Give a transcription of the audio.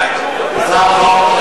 אדוני.